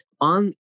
on